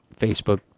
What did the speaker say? Facebook